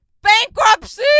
bankruptcy